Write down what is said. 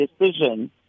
decision